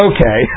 Okay